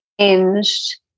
changed